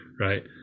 right